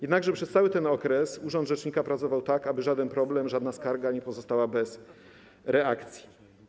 Jednakże przez cały ten okres urząd rzecznika pracował tak, aby żaden problem, żadna skarga nie pozostały bez reakcji.